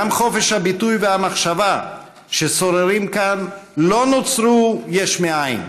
גם חופש הביטוי והמחשבה ששוררים כאן לא נוצרו יש מאין,